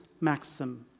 Maxim